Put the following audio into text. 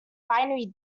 binary